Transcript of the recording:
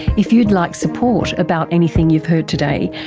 if you'd like support about anything you've heard today,